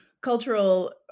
cultural